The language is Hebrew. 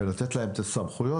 ולתת להם את הסמכויות,